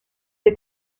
des